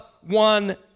one